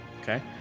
Okay